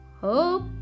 Hope